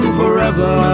forever